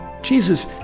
Jesus